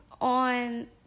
on